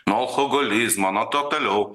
nuo alkoholizmo nuo to toliau